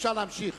אפשר להמשיך?